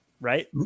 right